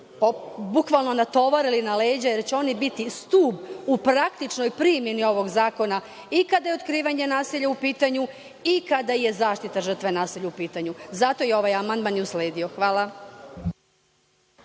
bukvalno, natovarili na leđa, jer će oni biti stub u praktičnoj primeni ovog zakona i kada je otkrivanje nasilja u pitanju i kada je zaštita žrtve nasilja u pitanju. Zato je i ovaj amandman usledio. Hvala.